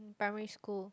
primary school